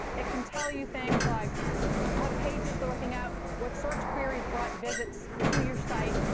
it can tell you things like what pages they're looking at, what search queries brought visits to your site.